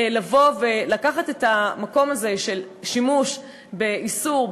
לבוא ולקחת את המקום הזה של שימוש באיסור,